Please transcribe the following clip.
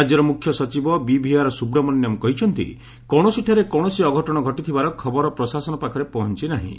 ରାଜ୍ୟର ମୁଖ୍ୟ ସଚିବ ବିଭିଆର୍ ସୁବ୍ରମଣ୍ୟମ୍ କହିଛନ୍ତି କୌଣସିଠାରେ କକଣସି ଅଘଟଣ ଘଟିଥିବାର ଖବର ପ୍ରଶାସନ ପାଖରେ ପହଞ୍ଚ ନାହିଁ